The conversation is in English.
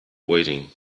waiting